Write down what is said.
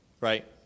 right